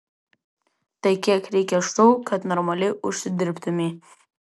tai kiek reikia šou kad normaliai užsidirbtumei